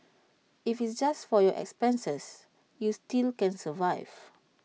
if it's just for your expenses you still can survive